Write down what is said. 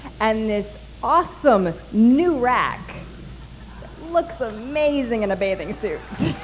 and this awesome new rack looks amazing in a bathing suit.